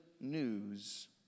news